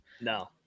No